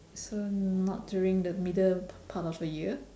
so not during the middle part of the year